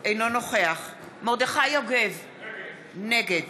אינו נוכח מרדכי יוגב, נגד